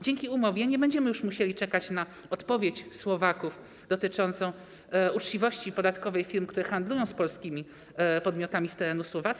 Dzięki umowie nie będziemy już musieli czekać na odpowiedź Słowaków dotyczącą uczciwości podatkowej firm, które handlują z polskimi podmiotami z terenu Słowacji.